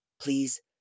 please